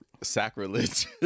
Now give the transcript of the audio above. sacrilege